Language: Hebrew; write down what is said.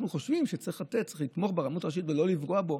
אנחנו חושבים שצריך לתמוך ברבנות הראשית ולא לפגוע בה,